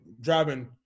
driving